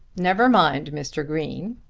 never mind, mr. green.